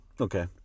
Okay